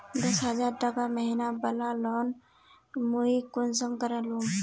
दस हजार टका महीना बला लोन मुई कुंसम करे लूम?